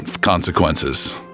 consequences